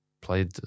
played